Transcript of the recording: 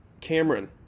Cameron